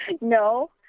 no